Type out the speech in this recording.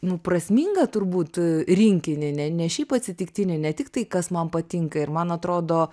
nu prasmingą turbūt rinkinį ne ne šiaip atsitiktinį ne tik tai kas man patinka ir man atrodo